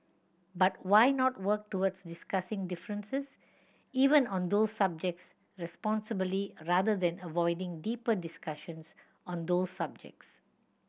but why not work towards discussing differences even on those subjects responsibly rather than avoiding deeper discussions on those subjects